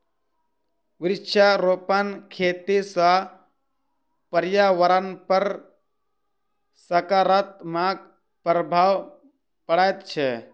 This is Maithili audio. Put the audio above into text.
वृक्षारोपण खेती सॅ पर्यावरणपर सकारात्मक प्रभाव पड़ैत छै